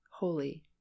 holy